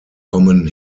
kommen